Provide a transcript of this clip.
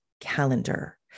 calendar